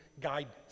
guidance